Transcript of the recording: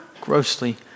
grossly